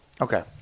Okay